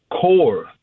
core